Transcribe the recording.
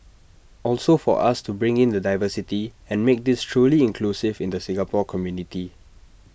also for us to bring in the diversity and make this truly inclusive in the Singapore community